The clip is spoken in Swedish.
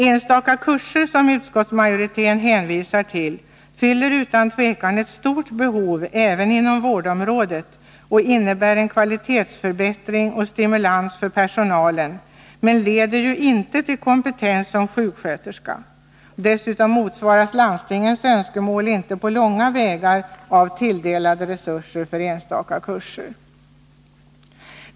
Enstaka kurser, som utskottsmajoriteten hänvisar till, fyller utan tvivel ett stort behov även inom vårdområdet och innebär kvalitetsförbätt ring och stimulans för personalen men leder ju inte till kompetens som sjuksköterska. Dessutom motsvaras landstingens önskemål inte på långa vägar av tilldelade resurser för enstaka kurser.